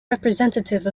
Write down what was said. representative